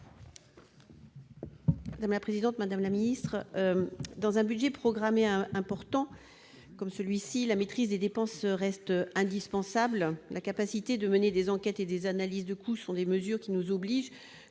pour explication de vote. Dans un budget programmé important comme celui-ci, la maîtrise des dépenses reste indispensable. La capacité de mener des enquêtes et des analyses de coûts est une mesure qui nous oblige,